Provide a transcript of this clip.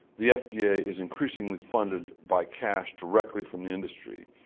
the fda is increasingly funded by cash directly from the industry.